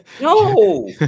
No